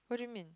what do you mean